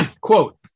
quote